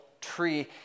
tree